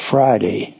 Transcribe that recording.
Friday